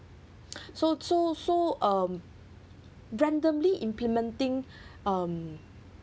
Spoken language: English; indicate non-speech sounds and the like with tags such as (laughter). (noise) so so so um randomly implementing (breath) um